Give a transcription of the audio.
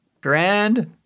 grand